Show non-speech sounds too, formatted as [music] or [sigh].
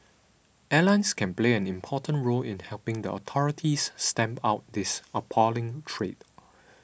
airlines can play an important role in helping the authorities stamp out this appalling trade [noise]